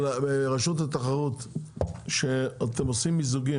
אבל רשות התחרות שאתם עושים מיזוגים,